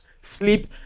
sleep